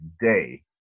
day